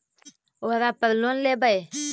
ओरापर लोन लेवै?